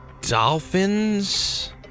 Dolphins